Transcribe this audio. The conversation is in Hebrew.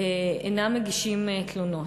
אינם מגישים תלונות.